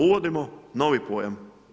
Uvodimo novi pojam.